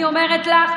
ואני אומרת לך,